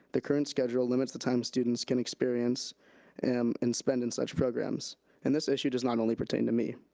the current schedule limits the time students can experience and and spend in such programs and this issue does not only pertain to me.